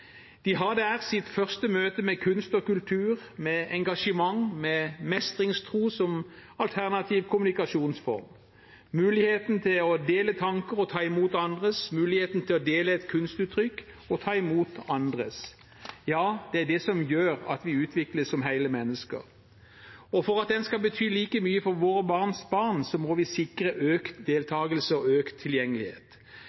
De har der sitt første møte med kunst og kultur, med engasjement og med mestringstro som alternativ kommunikasjonsform. Muligheten til å dele tanker og ta imot andres, muligheten til å dele et kunstuttrykk og ta imot andres er det som gjør at vi utvikles som hele mennesker, og for at den skal bety like mye for våre barns barn, må vi sikre økt